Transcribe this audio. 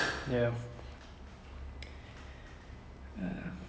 it's ya breaking out into songs